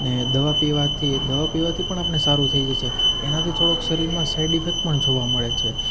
ને દવા પીવાથી દવા પીવાથી પણ આપણને સારું થઈ જશે એનાથી થોડોક શરીરમાં સાઈડ ઇફેક્ટ પણ જોવા મળે છે